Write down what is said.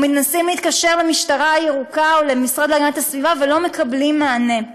או שמנסים להתקשר למשטרה הירוקה או למשרד להגנת הסביבה ולא מקבלים מענה.